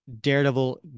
daredevil